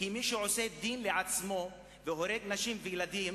כי מי שעושה דין לעצמו והורג נשים וילדים